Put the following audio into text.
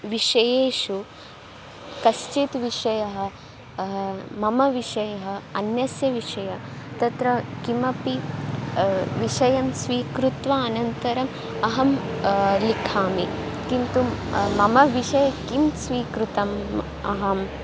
विषयेषु कश्चित् विषयः मम विषयः अन्यस्य विषयः तत्र किमपि विषयं स्वीकृत्य अनन्तरम् अहं लिखामि किन्तु मम विषये किं स्वीकृतम् अहम्